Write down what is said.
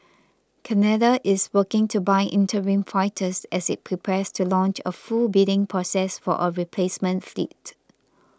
Canada is working to buy interim fighters as it prepares to launch a full bidding process for a replacement fleet